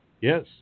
Yes